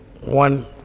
one